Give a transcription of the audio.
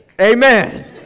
Amen